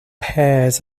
pears